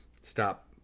stop